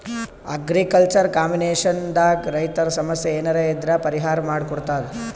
agriculture communication ದಾಗ್ ರೈತರ್ ಸಮಸ್ಯ ಏನರೇ ಇದ್ರ್ ಪರಿಹಾರ್ ಮಾಡ್ ಕೊಡ್ತದ್